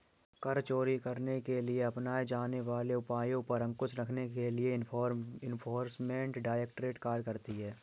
कर चोरी करने के लिए अपनाए जाने वाले उपायों पर अंकुश रखने के लिए एनफोर्समेंट डायरेक्टरेट कार्य करती है